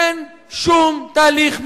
אין שום תהליך מדיני,